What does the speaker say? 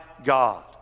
God